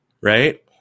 Right